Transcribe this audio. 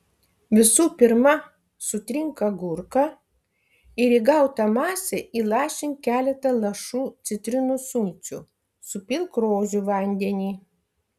visų pirma sutrink agurką ir į gautą masę įlašink keletą lašų citrinų sulčių supilk rožių vandenį